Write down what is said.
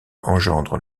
engendre